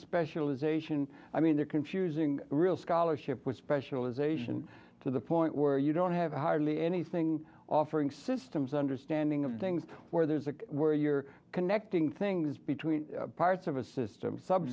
specialization i mean they're confusing real scholarship with specialization to the point where you don't have hardly anything offering systems understanding of things where there's a where you're connecting things between parts of a system sub